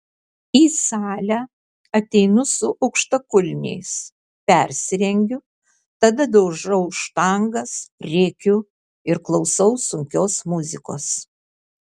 į salę ateinu su aukštakulniais persirengiu tada daužau štangas rėkiu ir klausau sunkios muzikos